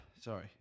Sorry